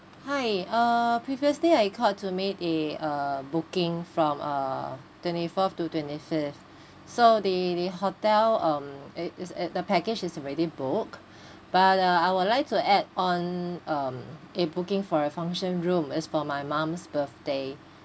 hi uh previously I called to made a uh booking from uh twenty fourth to twenty fifth so the the hotel um it is at the package is already booked but uh I would like to add on um a booking for a function room it's for my mum's birthday